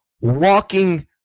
walking